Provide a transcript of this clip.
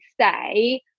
say